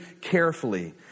carefully